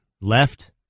Left